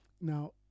Now